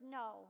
no